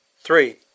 Three